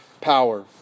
power